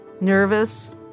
nervous